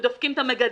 ודופקים את המגדלים.